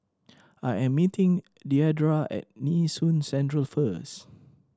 I am meeting Deidra at Nee Soon Central first